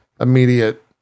immediate